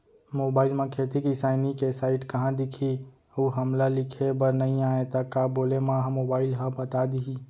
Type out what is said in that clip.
Mobile म खेती किसानी के साइट कहाँ दिखही अऊ हमला लिखेबर नई आय त का बोले म मोबाइल ह बता दिही?